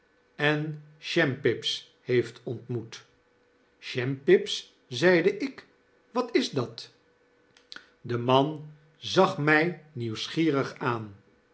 en shampips heeft ontmoet shampips zeide ik wat is dat de man zag mij nieuwsgierig aan